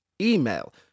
email